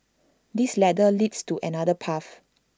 this ladder leads to another path